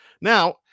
Now